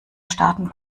starten